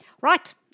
Right